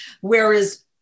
whereas